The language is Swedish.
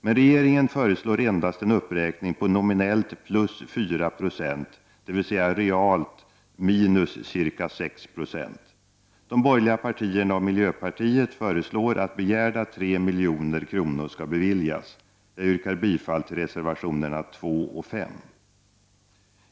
Men regeringen föreslår endast en uppräkning på nominellt plus 4 96, dvs. realt minus ca 6 70. De borgerliga partierna och miljöpartiet föreslår att begärda 3 milj.kr. skall beviljas. Jag yrkar bifall till reservationerna 2 och 5.